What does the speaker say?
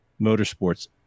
motorsports